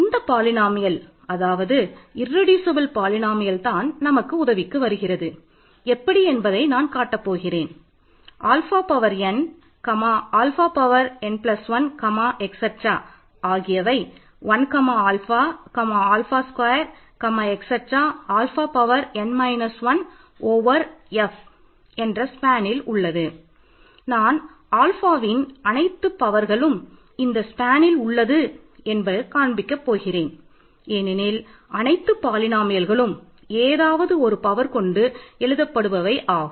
இந்த பாலினோமியல் கொண்டு எழுதப்படுபவை ஆகும்